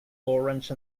orange